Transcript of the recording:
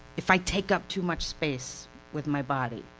if i take up too much space with my body.